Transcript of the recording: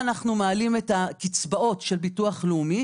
מעלים את הקצבאות של ביטוח לאומי.